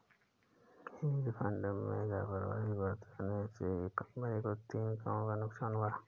hedge fund में लापरवाही बरतने से एक कंपनी को तीन करोड़ का नुकसान हुआ